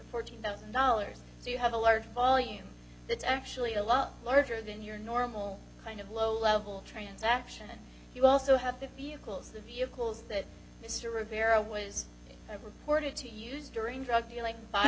fourteen thousand dollars so you have a large volume that's actually a lot larger than your normal kind of low level transaction and you also have the vehicles the vehicles that mr rivera was i reported to use during drug dealing